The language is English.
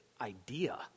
idea